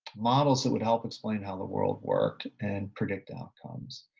models that would help explain how the world worked and predict outcomes.